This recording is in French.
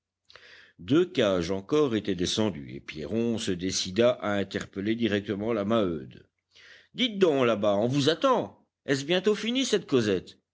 deux cages encore étaient descendues et pierron se décida à interpeller directement la maheude dites donc là-bas on vous attend est-ce bientôt fini cette causette